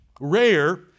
rare